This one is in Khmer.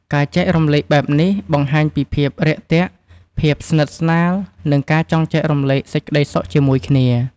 ការចែករំលែកបែបនេះ បង្ហាញពីភាពរាក់ទាក់ ភាពស្និទ្ធស្នាល និងការចង់ចែករំលែកសេចក្តីសុខជាមួយគ្នា។